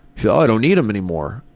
yeah oh, i don't need them anymore.